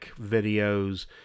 videos